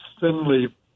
thinly